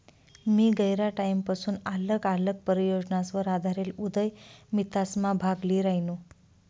मी गयरा टाईमपसून आल्लग आल्लग परियोजनासवर आधारेल उदयमितासमा भाग ल्ही रायनू